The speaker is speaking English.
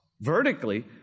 vertically